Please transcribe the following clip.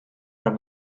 orm